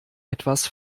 etwas